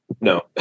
no